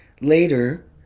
later